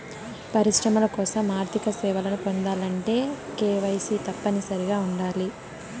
పరిశ్రమల కోసం ఆర్థిక సేవలను పొందాలంటే కేవైసీ తప్పనిసరిగా ఉండాలి